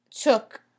took